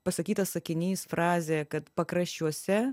pasakytas sakinys frazė kad pakraščiuose